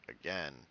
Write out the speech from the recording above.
again